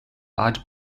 bad